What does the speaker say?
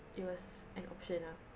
it was an option ah